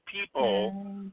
people